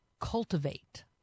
cultivate